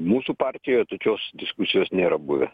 mūsų partijoje tokios diskusijos nėra buvę